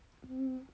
mm